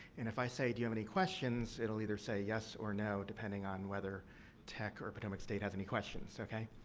and if i say, do you have any questions? it will either say, yes, or no, depending on whether tech or potomac state has any questions. okay?